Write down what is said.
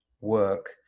work